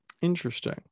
Interesting